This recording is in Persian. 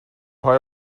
های